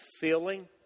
feeling